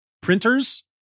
printers